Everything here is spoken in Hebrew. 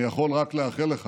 אני יכול רק לאחל לך